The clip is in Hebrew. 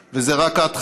אנחנו רכשנו עד כה 1,300,